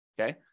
okay